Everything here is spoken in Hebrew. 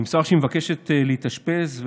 נמסר שהיא מבקשת להתאשפז,